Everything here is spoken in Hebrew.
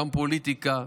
גם פוליטיקה,